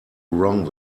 wrong